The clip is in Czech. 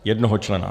Jednoho člena.